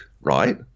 right